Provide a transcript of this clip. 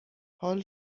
حال